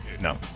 no